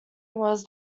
was